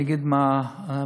ואני אגיד מה עושים,